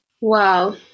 Wow